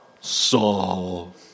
Saul